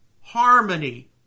harmony